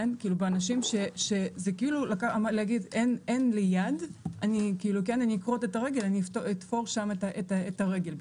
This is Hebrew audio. כאילו באנשים זה כאילו להגיד אין לי יד אני כאילו אני אכרות את הרגל,